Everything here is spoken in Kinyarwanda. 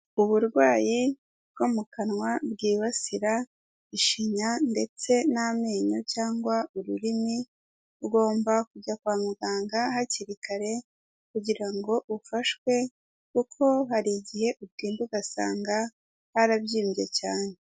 Uburwayi bwo mu kanwa bwibasira ishinya ndetse n'amenyo cyangwa ururimi, ugomba kujya kwa muganga hakiri kare kugirango ufashwe kuko hari igihe utinda ugasanga harabyimbye cyane.